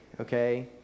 okay